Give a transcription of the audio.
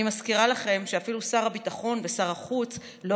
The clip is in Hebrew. אני מזכירה לכם שאפילו שר הביטחון ושר החוץ לא